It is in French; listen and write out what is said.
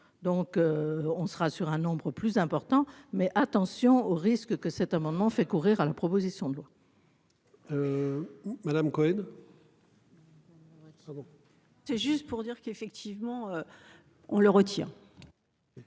donc. On sera sur un nombre plus important mais attention au risque que cet amendement fait courir à la proposition de loi. Madame Cohen. C'est juste pour dire qu'effectivement. On le retire.